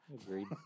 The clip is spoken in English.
Agreed